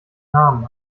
namen